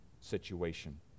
situation